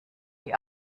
die